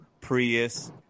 Prius